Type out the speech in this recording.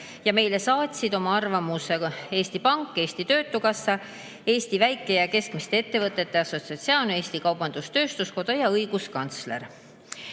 Meile saatsid oma arvamuse Eesti Pank, Eesti Töötukassa, Eesti Väike- ja Keskmiste Ettevõtjate Assotsiatsioon, Eesti Kaubandus-Tööstuskoda ja õiguskantsler.